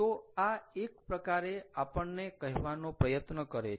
તો આ એક પ્રકારે આપણને કહેવાનો પ્રયત્ન કરે છે